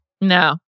No